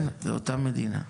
כן, באותה מדינה.